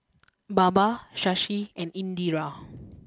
Baba Shashi and Indira